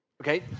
okay